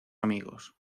amigos